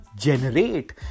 generate